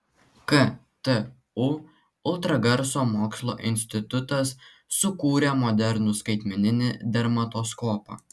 ktu ultragarso mokslo institutas sukūrė modernų skaitmeninį dermatoskopą